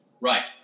Right